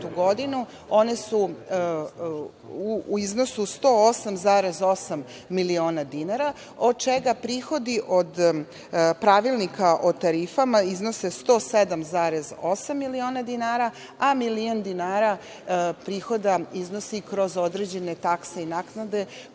godinu, oni su u iznosu 108,8 miliona dinara, od čega prihodi od Pravilnika o tarifama iznose 107,8 miliona dinara, a milion dinara prihoda iznosi kroz određene takse i naknade